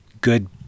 good